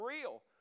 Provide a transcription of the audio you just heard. real